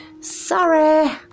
Sorry